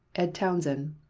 ed townsend,